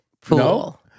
pool